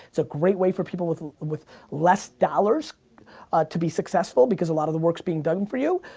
it's a great way for people with with less dollars to be successful because a lot of the work's being done for you,